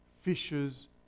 fishers